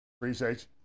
Appreciate